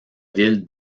ville